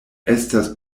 estas